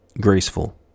Graceful